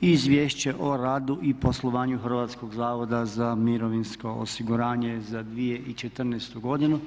Izvješće o radu i poslovanju Hrvatskog zavoda za mirovinsko soiguranje za 2014. godinu.